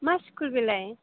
मा स्कुल बेलाय